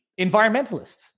environmentalists